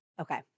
Okay